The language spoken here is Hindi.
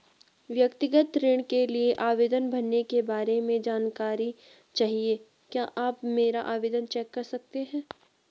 व्यक्तिगत ऋण के लिए आवेदन भरने के बारे में जानकारी चाहिए क्या आप मेरा आवेदन चेक कर सकते हैं?